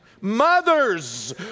Mothers